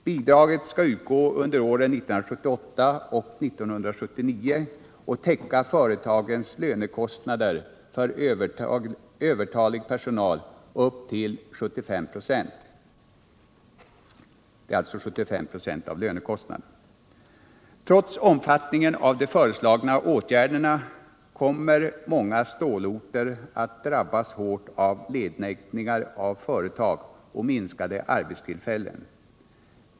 Bidraget skall utgå under åren 1978 och 1979 och täcka upp till 75 96 av företagens lönekostnader för övertalig personal. Trots omfattningen av de föreslagna åtgärderna kommer många stålorter att drabbas hårt av nedläggningar av företag och minskade arbetstillfällen.